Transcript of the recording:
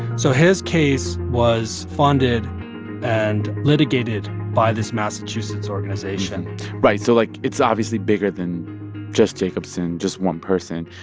so his case was funded and litigated by this massachusetts organization right. so like, it's obviously bigger than just jacobson, just one person.